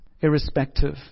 irrespective